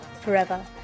forever